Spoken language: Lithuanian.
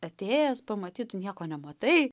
atėjęs pamatyt tu nieko nematai